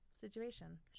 Situation